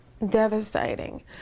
Devastating